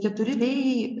keturi vėjai